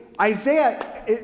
Isaiah